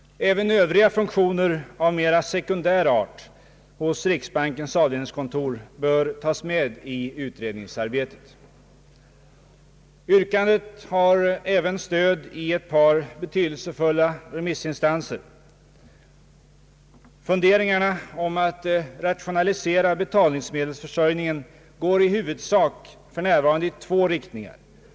Även övriga funk tioner, av mer sekundär art, hos riksbankens avdelningskontor bör tas med i utredningsarbetet. Det yrkandet har även stöd från några betydelsefulla remissinstanser. Funderingarna om att rationalisera betalningsmedelsförsörjningen går för närvarande i huvudsak i två riktningar.